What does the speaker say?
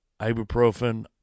ibuprofen